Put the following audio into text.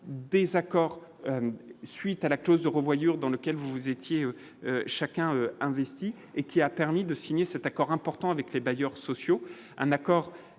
désaccord suite à la clause de revoyure dans lequel vous vous étiez chacun investi et qui a permis de signer cet accord important avec les bailleurs sociaux un accord